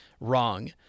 Wrong